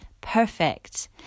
perfect